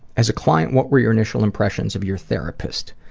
as a client, what were your initial impressions of your therapist?